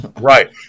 right